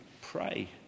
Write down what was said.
pray